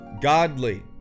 godly